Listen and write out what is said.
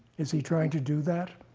is he trying to do that?